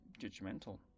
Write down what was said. judgmental